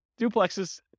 duplexes